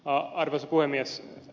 arvoisa puhemies